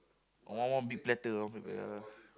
ah one one big platter ya